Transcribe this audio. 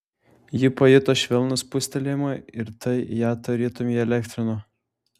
ji pajuto švelnų spustelėjimą ir tai ją tarytum įelektrino